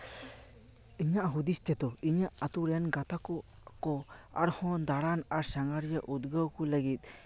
ᱤᱧᱟᱹᱜ ᱦᱩᱫᱤᱥ ᱛᱮᱫᱚ ᱤᱧᱟᱜ ᱟᱹᱛᱩ ᱨᱮᱱ ᱜᱟᱛᱟᱠᱚ ᱟᱨᱦᱚ ᱫᱟᱲᱟᱱ ᱟᱨ ᱥᱟᱸᱜᱷᱟᱨᱤᱭᱟᱹ ᱩᱫᱜᱟᱹᱣ ᱠᱚ ᱞᱟᱹᱜᱤᱫ